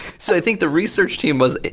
so i think the research team was,